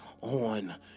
on